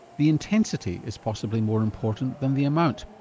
the intensity is possibly more important than the amount.